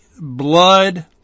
blood